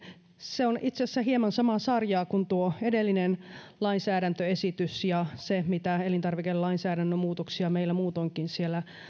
se on itse asiassa hieman samaa sarjaa kuin tuo edellinen lainsäädäntöesitys ja mitä elintarvikelainsäädännön muutoksia meillä muutoinkin siellä